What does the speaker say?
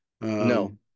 No